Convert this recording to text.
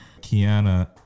Kiana